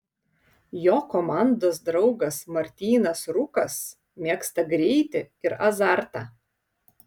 jo komandos draugas martynas rūkas mėgsta greitį ir azartą